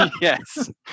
Yes